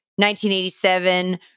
1987